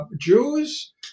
Jews